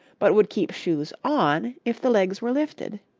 but would keep shoes on if the legs were lifted.